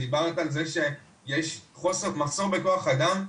דיברת על זה שיש מחסור בכוח אדם.